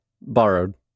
borrowed